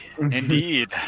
Indeed